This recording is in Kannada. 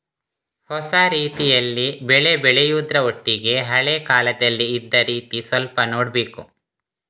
ಹೊಸ ರೀತಿಯಲ್ಲಿ ಬೆಳೆ ಬೆಳೆಯುದ್ರ ಒಟ್ಟಿಗೆ ಹಳೆ ಕಾಲದಲ್ಲಿ ಇದ್ದ ರೀತಿ ಸ್ವಲ್ಪ ನೋಡ್ಬೇಕು